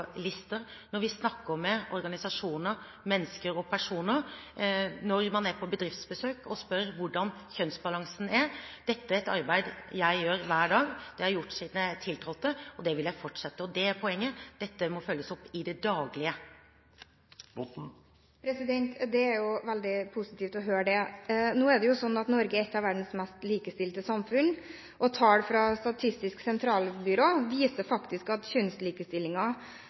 lister, når man snakker med organisasjoner, når man snakker med mennesker, og når man er på bedriftsbesøk og spør hvordan kjønnsbalansen er. Dette er et arbeid jeg gjør hver dag. Det har jeg gjort siden jeg tiltrådte, og det vil jeg fortsette med. Det er poenget. Dette må følges opp i det daglige. Det er veldig positivt å høre det. Norge er et av verdens mest likestilte samfunn. Tall fra Statistisk sentralbyrå viser faktisk at